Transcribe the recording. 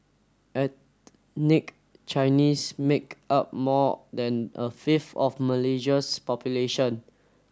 ethnic Chinese make up more than a fifth of Malaysia's population